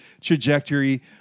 trajectory